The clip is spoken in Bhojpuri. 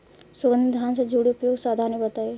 सुगंधित धान से जुड़ी उपयुक्त सावधानी बताई?